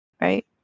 right